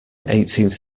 eighteenth